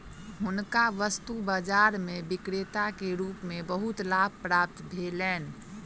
हुनका वस्तु बाजार में विक्रेता के रूप में बहुत लाभ प्राप्त भेलैन